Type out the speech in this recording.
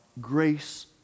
grace